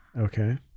okay